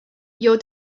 your